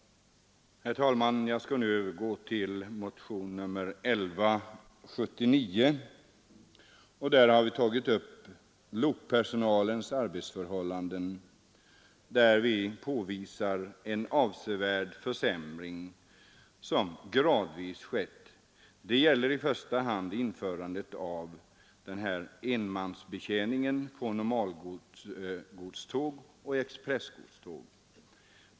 Herr talman! Jag skall sedan övergå till motionen 1179, i vilken vi tagit upp lokpersonalens arbetsförhållanden och där vi påvisar den avsevärda försämring som gradvis har skett. Det gäller i första hand införandet av enmansbetjäningen på normalgodståg och expressgodståg.